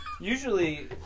Usually